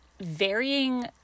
varying